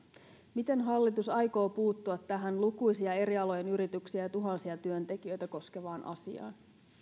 miten hallitus aikoo puuttua tähän lukuisia eri alojen yrityksiä ja tuhansia työntekijöitä koskevaan asiaan